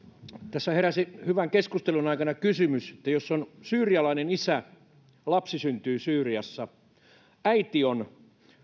tässä heräsi hyvän keskustelun aikana kysymys jos on syyrialainen isä lapsi syntyy syyriassa äiti on